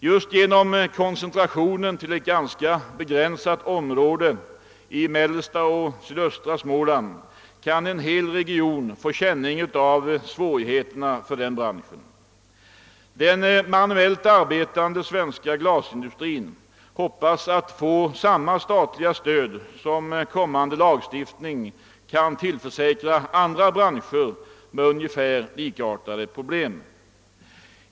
Genom glasindustrins koncentration till ett ganska begränsat område i mellersta och sydöstra Småland kan en hel region få känning av de svårigheter denna bransch drabbas av. Den manuellt arbetande svenska glasindustrin hoppas få samma statliga stöd som kommande lagstiftning kan tillförsäkra andra branscher med ungefär likartade problem.